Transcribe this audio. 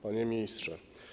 Panie Ministrze!